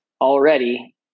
already